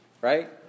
Right